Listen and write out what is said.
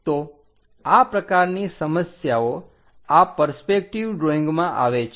તો આ પ્રકારની સમસ્યાઓ આ પરસ્પેકટિવ ડ્રોઈંગમાં આવે છે